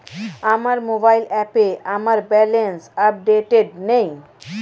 আমার মোবাইল অ্যাপে আমার ব্যালেন্স আপডেটেড নেই